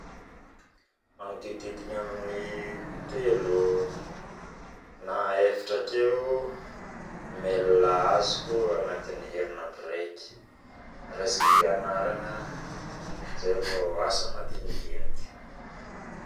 Magnodidigny amin'ny telo mail azoko agnatiny herinandro raiky resaka fianaragna zay vao asa madinidiniky